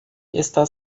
está